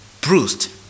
bruised